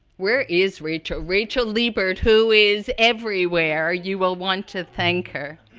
where is rachel. rachel liebert, who is everywhere, you will want to thank her.